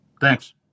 Thanks